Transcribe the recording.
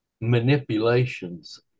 manipulations